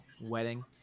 wedding